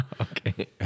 Okay